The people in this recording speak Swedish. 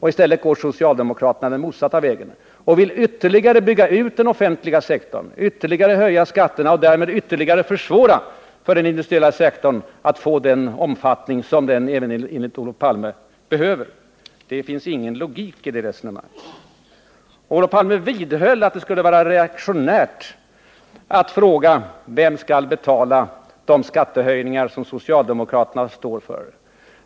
I stället går socialdemokraterna den motsatta vägen och vill ytterligare bygga ut den offentliga sektorn, ytterligare höja skatterna och därmed ytterligare försvåra för den industriella sektorn att få den omfattning som den — även enligt Olof Palme — behöver. Det finns ingen logik i det resonemanget. Olof Palme vidhöll att det skulle vara reaktionärt att fråga vem som skall betala de skattehöjningar som socialdemokraterna står för.